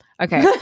Okay